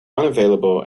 unavailable